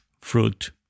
fruit